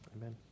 amen